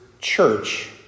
church